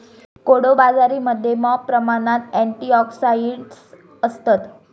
कोडो बाजरीमध्ये मॉप प्रमाणात अँटिऑक्सिडंट्स असतत